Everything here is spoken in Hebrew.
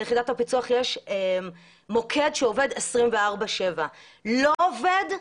ליחידת הפיצו"ח יש מוקד שעובד 24/7. אם הוא לא עובד,